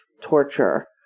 torture